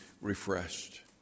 refreshed